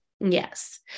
Yes